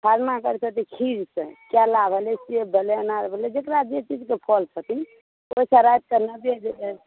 खरना करै छथिन खीर से केरा भेलै सेब भेलै अनार भेलै जेकरा जे भेलै जे चीजकेँ फल खेथिन ओहि के नैवेद्य